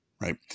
right